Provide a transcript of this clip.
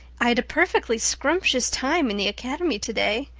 i'd a perfectly scrumptious time in the academy today.